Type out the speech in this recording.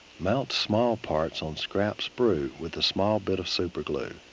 mount small parts on scrap sprue with a small bit of superglue.